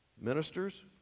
Ministers